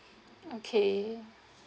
okay